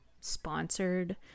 sponsored